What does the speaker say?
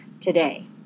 today